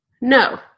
No